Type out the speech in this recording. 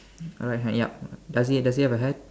right hand yup does he does he have a hat